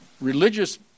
religious